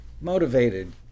motivated